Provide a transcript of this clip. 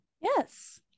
Yes